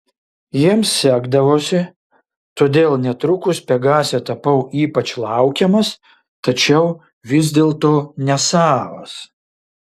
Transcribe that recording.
jiems sekdavosi todėl netrukus pegase tapau ypač laukiamas tačiau vis dėlto nesavas